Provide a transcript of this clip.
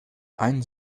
ein